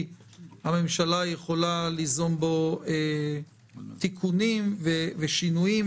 הממשלה יכולה ליזום בו תיקונים ושינויים,